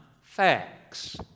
facts